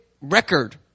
record